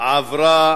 עברה